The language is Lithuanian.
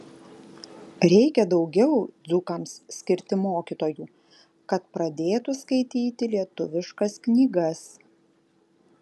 reikia daugiau dzūkams skirti mokytojų kad pradėtų skaityti lietuviškas knygas